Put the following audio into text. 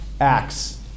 Acts